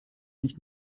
nicht